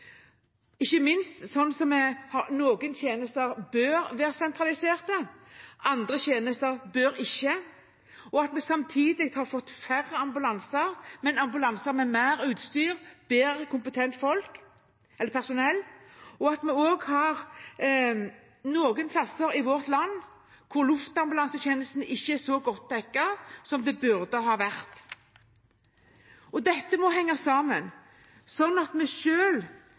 Noen tjenester bør være sentralisert, andre bør ikke være det. Samtidig har vi fått færre ambulanser, men ambulanser med mer utstyr og mer kompetent personell. Vi har også noen steder i vårt land der luftambulansetjenesten ikke er så godt dekket som den burde ha vært. Dette må henge sammen, sånn at vi